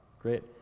Great